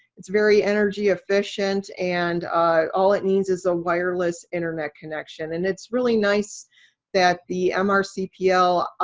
it's very energy-efficient, and all it needs is a wireless internet connection. and it's really nice that the um ah mrcpl